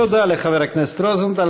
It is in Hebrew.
תודה לחבר הכנסת רוזנטל.